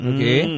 Okay